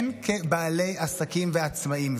הן כבעלי עסקים ועצמאים,